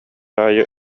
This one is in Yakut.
аайы